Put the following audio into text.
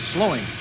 Slowing